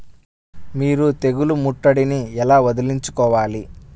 మీరు తెగులు ముట్టడిని ఎలా వదిలించుకోవాలి?